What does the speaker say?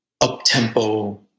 up-tempo